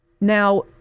Now